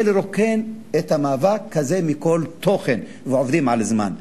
זה לרוקן את המאבק הזה מכל תוכן, ועובדים על זמן.